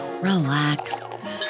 relax